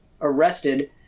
arrested